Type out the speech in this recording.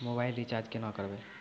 Mobile recharge केना करबै?